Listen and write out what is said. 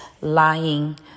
lying